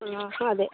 ആ അതെ